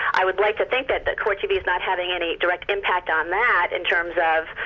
i would like to think that that court tv is not having any direct impact on that, in terms of.